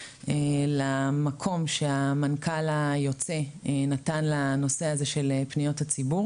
למקום שהמנכ"ל היוצא נתן לנושא הזה של פניות הציבור